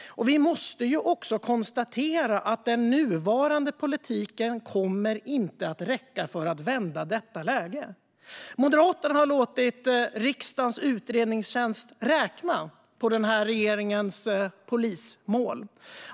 Vi måste också konstatera att den nuvarande politiken inte kommer att räcka för att vända detta läge. Moderaterna har låtit riksdagens utredningstjänst räkna på regeringens polismål.